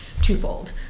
twofold